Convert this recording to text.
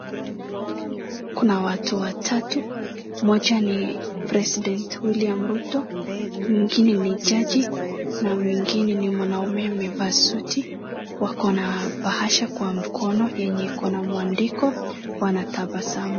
Kuna watu watatu, mmoja ni president William Ruto na mwingine ni jaji na mwingine ni mwanaume amevaa suti wako na bahasha kwa mkono yenye iko na mwandiko wanatabasamu.